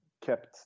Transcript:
kept